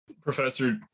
Professor